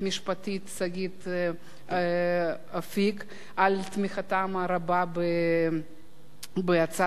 שגית אפיק על תמיכתם הרבה בהצעת החוק.